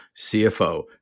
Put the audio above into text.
CFO